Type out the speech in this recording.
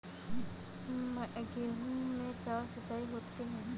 गेहूं में चार सिचाई होती हैं